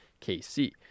KC